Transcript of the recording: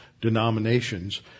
denominations